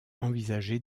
envisagé